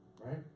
Right